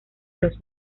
los